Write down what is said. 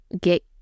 get